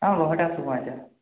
অঁ ঘৰতে আছোঁ মই এতিয়া